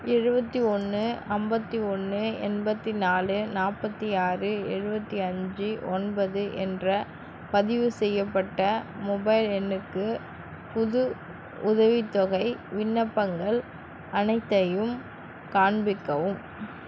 எழுபத்தி ஒன்று அம்பத்தி ஒன்று எண்பத்தி நாலு நாற்பத்தி ஆறு எழுபத்தி அஞ்சு ஒன்பது என்ற பதிவுசெய்யப்பட்ட மொபைல் எண்ணுக்கு புது உதவித்தொகை விண்ணப்பங்கள் அனைத்தையும் காண்பிக்கவும்